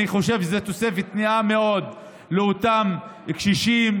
אני חושבת שזו תוספת נאה מאוד לאותם קשישים.